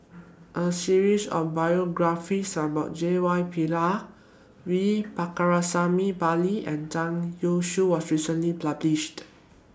A series of biographies about J Y Pillay V Pakirisamy Pillai and Zhang Youshuo was recently published